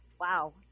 Wow